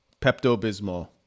Pepto-Bismol